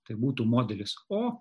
tai būtų modelis o